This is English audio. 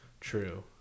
True